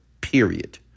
period